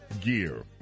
gear